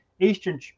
eastern